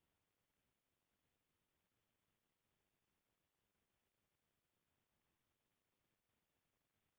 गोल्लर के चारों कोइत ह बने सुवास्थ अउ पोठ होना चाही